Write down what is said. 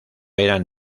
eran